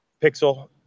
pixel